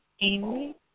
Amy